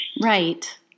Right